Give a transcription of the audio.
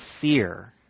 fear